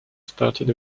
started